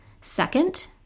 Second